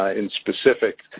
ah in specific,